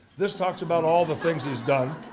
this talks about all the things he's done.